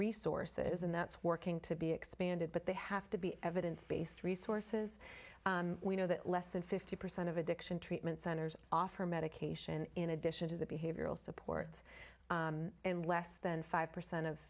resources and that's working to be expanded but they have to be evidence based resources we know that less than fifty percent of addiction treatment centers offer medication in addition to the behavioral supports and less than five percent of